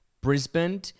Brisbane